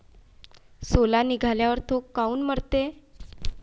सोला निघाल्यावर थो काऊन मरते?